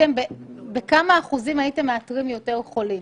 בכמה אחוזים הייתם מאתרים יותר חולים?